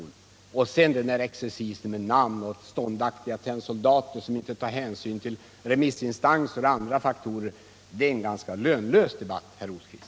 Sedan vill jag säga att den här exercisen med namn och ståndaktiga tennsoldater som inte tar hänsyn till remissinstanser och andra faktorer är en ganska lönlös debatt, herr Rosqvist.